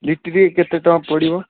ଲିଟିରକିଆ କେତେ ଟଙ୍କା ପଡ଼ିବ